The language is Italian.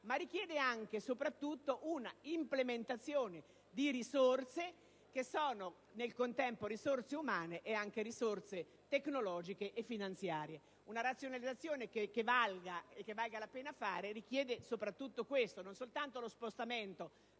ma anche, e soprattutto, una implementazione di risorse, al contempo umane, tecnologiche e finanziarie. Una razionalizzazione che valga la pena fare richiede soprattutto questo: non soltanto lo spostamento